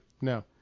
no